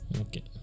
Okay